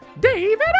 David